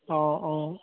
অঁ অঁ